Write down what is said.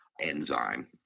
enzyme